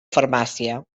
farmàcia